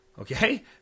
Okay